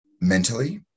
mentally